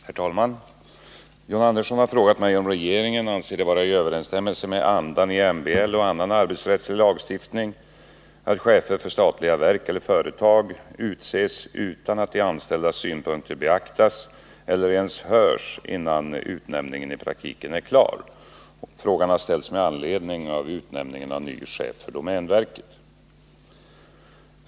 Herr talman! John Andersson har frågat mig om regeringen anser det vara i överensstämmelse med andan i MBL och annan arbetsrättslig lagstiftning, att chefer för statliga verk eller företag utses utan att de anställdas synpunkter beaktas eller ens hörs innan utnämningen i praktiken är klar. Frågan har ställts med anledning av utnämningen av ny chef för domänverket.